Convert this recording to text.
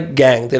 gang